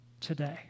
today